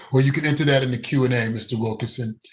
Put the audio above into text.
well, you can enter that in the q and a, mr. wilkerson.